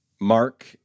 Mark